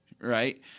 right